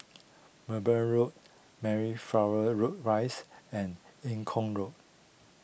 Mowbray Road Mayflower Road Rise and Eng Kong Road